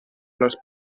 les